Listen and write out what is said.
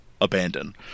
abandon